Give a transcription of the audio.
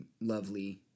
lovely